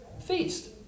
feast